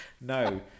No